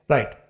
Right